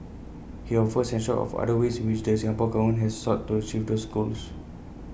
he offered A snapshot of other ways in which the Singapore Government has sought to achieve those goals